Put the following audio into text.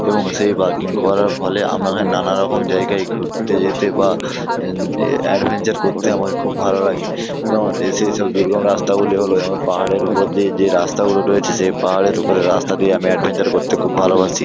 এবং সেই বাইকিং করার ফলে আমাকে নানারকম জায়গায় ঘুরতে যেতে বা এ অ্যাডভেঞ্চার করতে আমাকে খুব ভালো লাগে যেমন এ সেসব দুর্গম রাস্তাগুলি হলো যেমন পাহাড়ের উপর দিয়ে যে রাস্তাগুলো রয়েছে সেই পাহাড়ের উপরের রাস্তা দিয়ে আমি অ্যাডভেঞ্চার করতে খুব ভালোবাসি